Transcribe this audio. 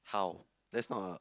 how that's not a